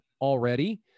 already